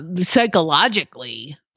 psychologically